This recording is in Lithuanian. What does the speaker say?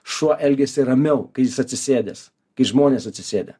šuo elgiasi ramiau kai jis atsisėdęs kai žmonės atsisėdę